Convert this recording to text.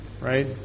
Right